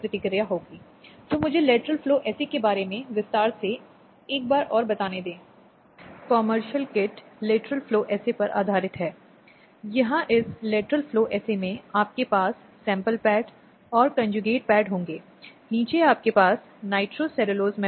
और जिन महिलाओं को परिवार में वापस लौटना मुश्किल लगता है या उन्हें लगता है कि वहां खतरे हैं या वहाँ हिंसा है या वहाँ महिला को फेंक दिया गया है और बेघर है उन्हें आश्रय घरों में रखा जा सकता है जिन्हें उस उद्देश्य के लिए बनाया गया है